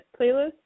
playlist